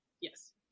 Yes